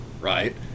right